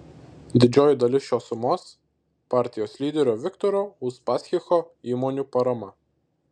didžioji dalis šios sumos partijos lyderio viktoro uspaskicho įmonių parama